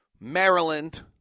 Maryland